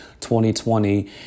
2020